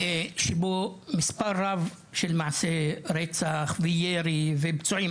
בו יש מספר רב של מקרי רצח, ירי ופצועים.